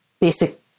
basic